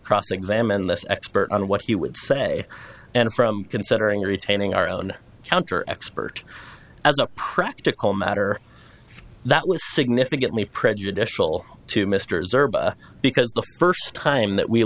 cross examine this expert on what he would say and from considering retaining our own counter expert as a practical matter that was significantly prejudicial to mr serve because the first time